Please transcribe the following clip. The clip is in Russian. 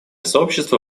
сообщество